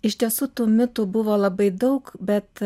iš tiesų tų mitų buvo labai daug bet